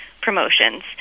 promotions